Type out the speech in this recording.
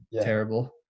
terrible